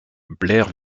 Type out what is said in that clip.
blair